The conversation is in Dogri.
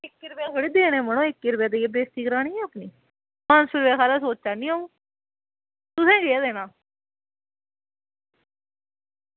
इक्की रपेऽ देने मड़ी अपनी बेस्ती करानी के पंज सौ रपेआ हारा सोचा करनी अं'ऊ तुसें केह् देना